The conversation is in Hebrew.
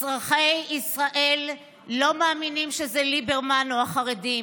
אזרחי ישראל לא מאמינים שזה ליברמן או החרדים.